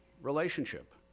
relationship